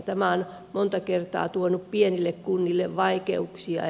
tämä on monta kertaa tuonut pienille kunnille vaikeuksia